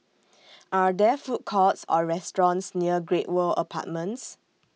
Are There Food Courts Or restaurants near Great World Apartments